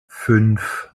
fünf